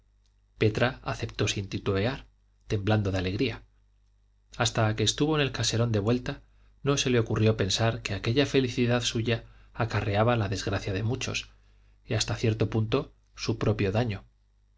petra aceptó sin titubear temblando de alegría hasta que estuvo en el caserón de vuelta no se le ocurrió pensar que aquella felicidad suya acarreaba la desgracia de muchos y hasta cierto punto su propio daño